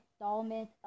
installment